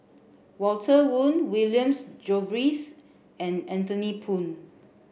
Walter Woon Williams Jervois and Anthony Poon